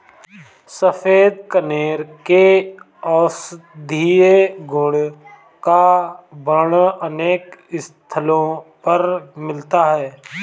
सफेद कनेर के औषधीय गुण का वर्णन अनेक स्थलों पर मिलता है